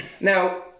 Now